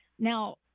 Now